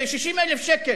ו-60,000 שקל,